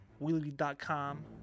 wheelie.com